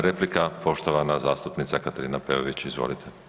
Replika poštovana zastupnica Katarina Peović, izvolite.